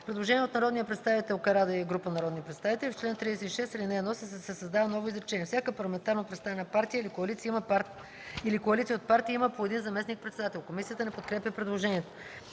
предложение от Мустафа Карадайъ и група народни представители: В чл. 76, ал. 1 се създава ново изречение: „Всяка парламентарно представена партия или коалиция от партии има по един заместник-председател.” Комисията не подкрепя предложението.